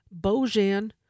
Bojan